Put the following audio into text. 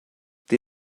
die